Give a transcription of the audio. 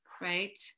right